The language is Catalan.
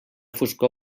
foscor